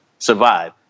survive